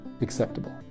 acceptable